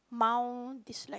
mild dyslexic